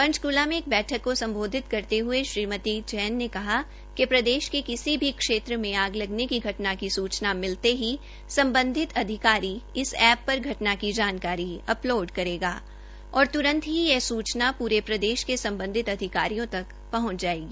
पंचक्ला में एक बैठक को सम्बोधित करते हये श्रीमती जैन ने कहा कि प्रदेश के किसी भी क्षेत्र में आग लगने की घटना की सूचना मिलते संबंधित फायर ऑफिसर इस एप्प पर घटना की जानकारी अपलोड करेगा और तुरंत ही यह सूचना पूरे प्रदेश के संबंधित अधिकारियों तक पंहच जायेगी